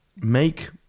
make